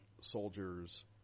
soldiers